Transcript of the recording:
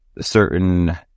certain